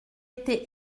été